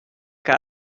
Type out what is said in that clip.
que